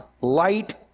light